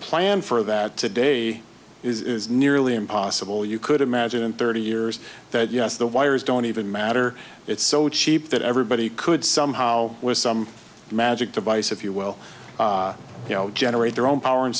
plan for that today is nearly impossible you could imagine in thirty years that yes the wires don't even matter it's so cheap that everybody could somehow with some magic device if you will you know generate their own power